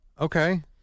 Okay